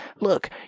Look